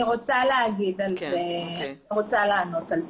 אני רוצה לענות על זה.